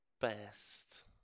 best